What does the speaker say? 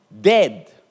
Dead